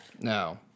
No